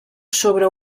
sobre